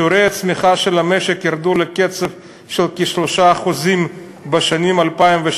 שיעורי הצמיחה של המשק ירדו לקצב של כ-3% בשנים 2012